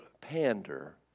pander